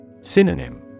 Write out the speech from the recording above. Synonym